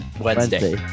Wednesday